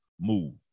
move